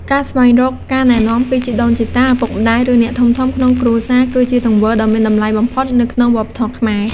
ការស្វែងរកការណែនាំពីជីដូនជីតា ឪពុកម្ដាយ ឬអ្នកធំៗក្នុងគ្រួសារ គឺជាទង្វើដ៏មានតម្លៃបំផុតនៅក្នុងវប្បធម៌ខ្មែរ។